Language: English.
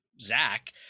Zach